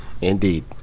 Indeed